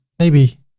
maybe